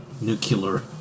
nuclear